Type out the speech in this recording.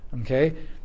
Okay